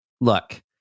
look